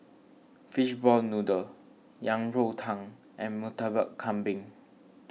Fishball Noodle Yang Rou Tang and Murtabak Kambing